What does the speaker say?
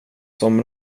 som